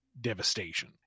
devastation